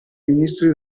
ministri